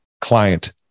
client